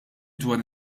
dwar